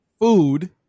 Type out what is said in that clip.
food